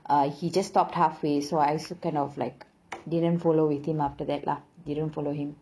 uh he just stopped halfway so I also kind of like didn't follow with him after that lah didn't follow him